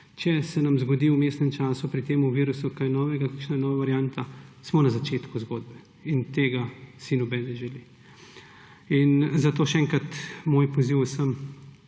Če se nam zgodi v vmesnem času pri tem virusu kaj novega, kakšna nova varianta, smo na začetku zgodbe. In tega si noben ne želi. In zato še enkrat moj poziv vsem